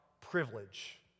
privilege